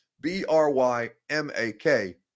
B-R-Y-M-A-K